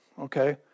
Okay